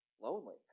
lonely